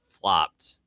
flopped